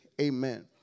amen